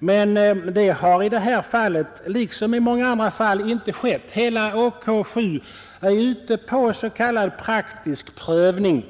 Men det har i det här fallet liksom i många andra fall inte skett. Hela ”åk 7” är ute på s.k. praktisk prövning.